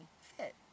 fit